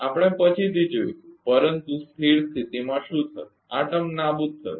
આપણે પછીથી જોઇશું પરંતુ સ્થિર સ્થિતિમાં શું થશે આ ટર્મ નાબૂદ થશે